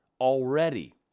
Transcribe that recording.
already